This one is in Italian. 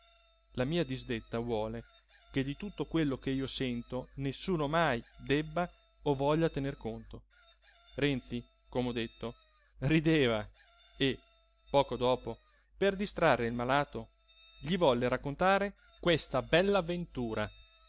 la mia disdetta vuole che di tutto quello che io sento nessuno mai debba o voglia tener conto renzi com'ho detto rideva e poco dopo per distrarre il malato gli volle raccontare questa bella avventura